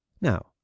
Now